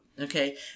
Okay